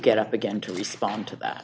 get up again to respond to that